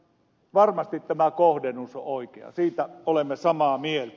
varmasti tämä kohdennus on oikea siitä olemme samaa mieltä